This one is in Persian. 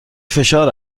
فشار